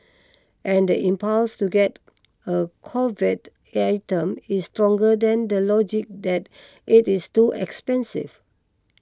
and the impulse to get a coveted item is stronger than the logic that it is too expensive